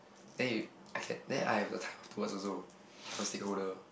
then you I can then I have the time towards also he must take holder